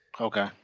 Okay